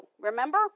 remember